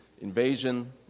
Invasion